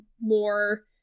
more